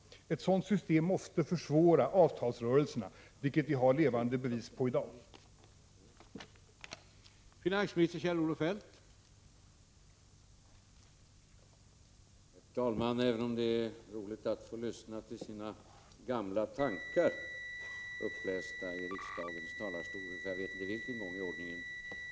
Ett sådant system måste försvåra avtalsrörelserna, vilket den nuvarande avtalsrörelsen är ett levande bevis på.